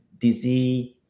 disease